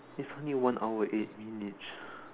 it's only one hour eight minutes